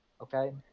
Okay